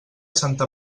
santa